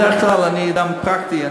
בדרך כלל אני אדם פרקטי,